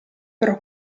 però